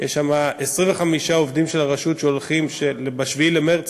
יש שם 25 עובדים של הרשות שהולכים ב-7 למרס